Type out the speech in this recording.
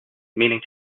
meaning